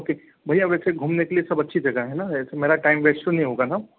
okay भैया वैसे घूमने के लिए सब अच्छी जगह हैं ना ऐसे मेरा टाइम वेस्ट तो नहीं होगा ना